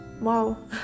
wow